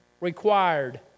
required